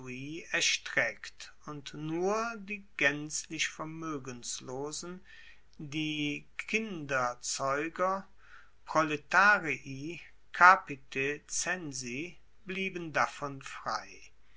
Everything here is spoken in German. erstreckt und nur die gaenzlich vermoegenslosen die kinderzeuger proletarii capite censi blieben davon frei